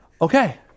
Okay